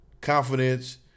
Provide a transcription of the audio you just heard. confidence